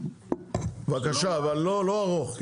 בבקשה אבל לא ארוך.